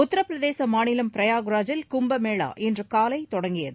உத்தரபிரதேச மாநிலம் பிரயாக்ராஜில் கும்ப மேளா இன்று காலை தொடங்கியது